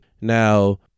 now